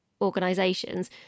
organisations